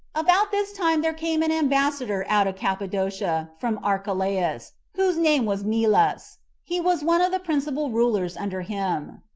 about this time there came an ambassador out of cappadocia from archelaus, whose name was melas he was one of the principal rulers under him.